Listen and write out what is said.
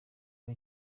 ari